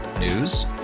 News